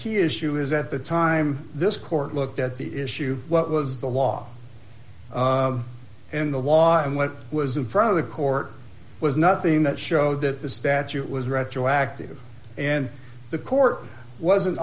key issue is at the time this court looked at the issue what was the law in the law and what was in front of the court was nothing that showed that the statute was retroactive and the court wasn't